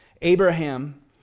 Abraham